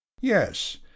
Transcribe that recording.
Yes